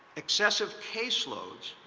excessive caseloads.